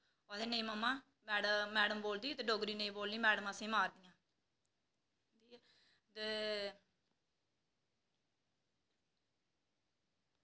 ते आखदे मैडम डोगरी नेईं बोलनी ते मैडम असेंगी मारदी ते